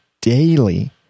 daily